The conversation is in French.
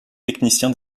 technicien